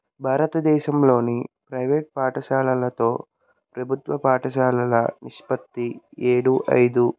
భారతదేశంలోని ప్రైవేట్ పాఠశాలలతో ప్రభుత్వ పాఠశాలల నిష్పత్తి ఏడు ఐదు